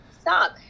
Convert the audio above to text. Stop